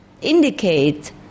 indicate